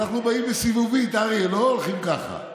אנחנו באים בסיבובית, אריה, לא הולכים ככה.